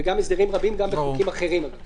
והסדרים רבים גם בחוקים אחרים.